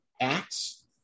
acts